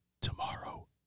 Tomorrow